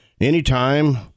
anytime